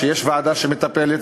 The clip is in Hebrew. שיש ועדה שמטפלת,